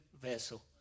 vessel